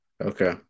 Okay